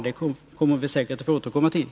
Det kommer vi säkert att få återkomma till.